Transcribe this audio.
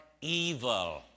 evil